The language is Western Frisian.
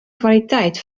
kwaliteit